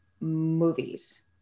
movies